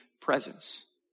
presence